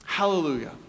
Hallelujah